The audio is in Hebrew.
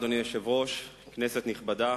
אדוני היושב-ראש, כנסת נכבדה,